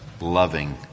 loving